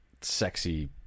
sexy